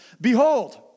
Behold